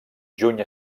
juny